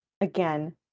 again